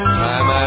time